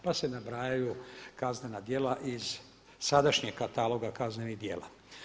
Pa se nabrajaju kaznena djela iz sadašnjeg kataloga kaznenih djela.